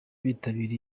kwitabira